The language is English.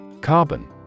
Carbon